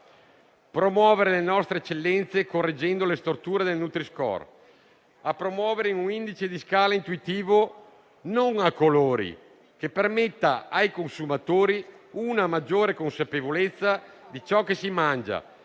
a promuovere le nostre eccellenze, correggendo le storture del nutri-score, nonché un indice di scala intuitivo, non a colori, che permetta ai consumatori una maggiore consapevolezza di ciò che mangiano,